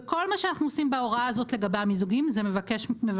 וכל מה שאנחנו עושים בהוראה הזאת לגבי המיזוגים זה מבקשים